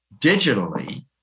Digitally